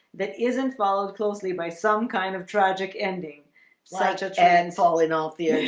that isn't followed closely by some kind of tragic ending such a chance all in all theatres